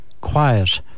quiet